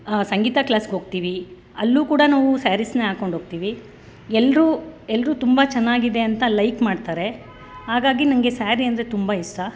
ಸಂಗೀತ ಕ್ಲಾಸ್ಗೋಗ್ತೀವಿ ಅಲ್ಲೂ ಕೂಡ ನಾವು ಸ್ಯಾರೀಸ್ನೇ ಹಾಕ್ಕೊಂಡೋಗ್ತೀವಿ ಎಲ್ಲರೂ ಎಲ್ಲರೂ ತುಂಬ ಚೆನ್ನಾಗಿದೆ ಅಂತ ಲೈಕ್ ಮಾಡ್ತಾರೆ ಹಾಗಾಗಿ ನನಗೆ ಸ್ಯಾರಿ ಅಂದರೆ ತುಂಬ ಇಷ್ಟ